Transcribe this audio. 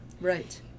Right